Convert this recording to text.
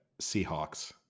Seahawks